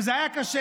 וזה היה קשה,